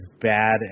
bad